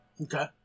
Okay